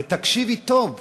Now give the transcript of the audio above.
ותקשיבי טוב,